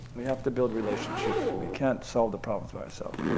we have to build relationships. we can't solve the problem for ourself.